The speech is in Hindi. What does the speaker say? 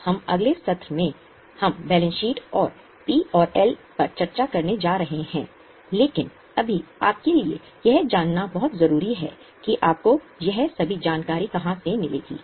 अब हम अगले सत्र में हम बैलेंस शीट और पी और एल पर चर्चा करने जा रहे हैं लेकिन अभी आपके लिए यह जानना बहुत जरूरी है कि आपको यह सभी जानकारी कहां से मिलेगी